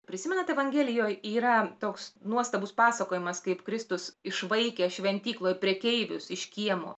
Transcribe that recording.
prisimenat evangelijoj yra toks nuostabus pasakojimas kaip kristus išvaikė šventykloj prekeivius iš kiemo